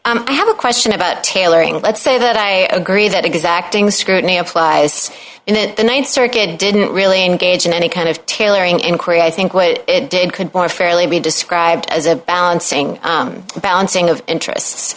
ladder i have a question about tailoring let's say that i agree that exacting scrutiny applies in the th circuit didn't really engage in any kind of tailoring in korea i think what it did could fairly be described as a balancing balancing of interests